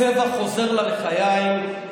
הצבע חוזר ללחיים.